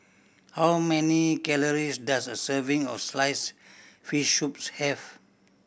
how many calories does a serving of sliced fish soup have